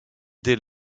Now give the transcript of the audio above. dès